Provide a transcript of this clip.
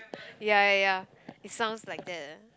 ya ya ya it sounds like that